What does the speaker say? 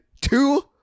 two